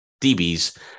DBs